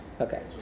Okay